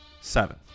Seven